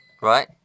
right